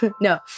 No